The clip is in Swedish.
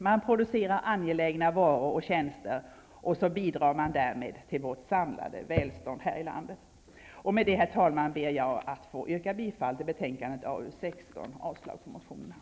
Man producerar angelägna varor och tjänster, och man bidrar därmed till vårt samlade välstånd här i landet. Med det, herr talman, ber jag att få yrka bifall till hemställan i betänkandet AU16 och avslag på motionerna.